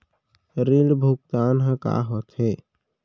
ऋण भुगतान ह का होथे?